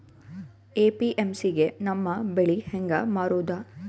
APMC ಗೆ ನಮ್ಮ ಬೆಳಿ ಹೆಂಗ ಮಾರೊದ?